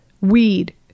weed